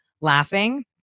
laughing